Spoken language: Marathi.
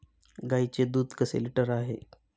गाईचे दूध कसे लिटर आहे?